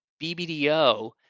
BBDO